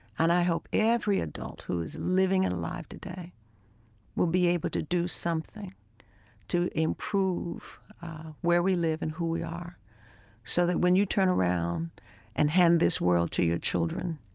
and i hope every adult who is living and alive today will be able to do something to improve where we live and who we are so that when you turn around and hand this world to your children,